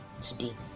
today